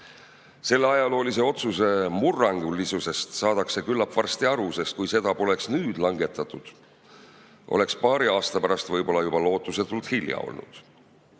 Selle ajaloolise otsuse murrangulisusest saadakse küllap varsti aru, sest kui seda poleks nüüd langetatud, oleks paari aasta pärast võib-olla juba lootusetult hilja olnud.